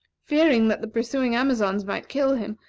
fearing that the pursuing amazons might kill him,